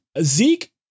Zeke